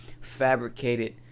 fabricated